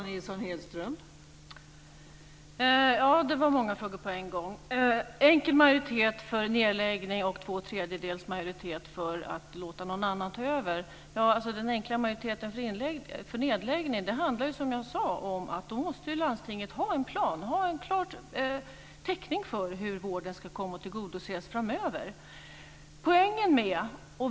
Fru talman! Det var många frågor på en gång. Enkel majoritet för nedläggning och tvåtredjedels majoritet för att låta någon annan ta över - ja, den enkla majoriteten för nedläggning handlar ju, som jag sade, om att landstinget måste ha en plan och klar täckning för hur vården ska komma att tillgodoses framöver.